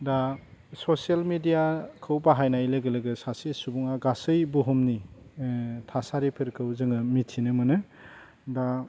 दा ससियेल मेडियाखौ बाहायनाय लोगो लोगो सासे सुबुङा गासै बुहुमनि थासारिफोरखौ जोङो मिथिनो मोनो दा